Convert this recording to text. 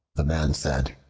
the man said,